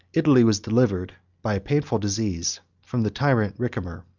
italy was delivered, by a painful disease, from the tyrant ricimer,